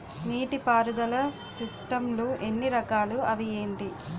నీటిపారుదల సిస్టమ్ లు ఎన్ని రకాలు? అవి ఏంటి?